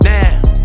Now